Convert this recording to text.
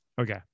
Okay